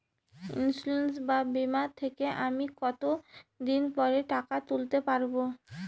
Insurance বা বিমা থেকে আমি কত দিন পরে টাকা তুলতে পারব?